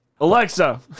Alexa